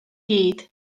gyd